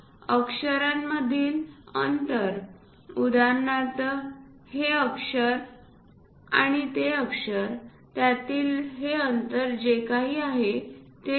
अक्षरांमधील अंतर उदाहरणार्थ हे अक्षर आणि ते अक्षर त्यातील हे अंतर जे काही आहे ते 0